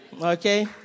Okay